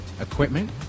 equipment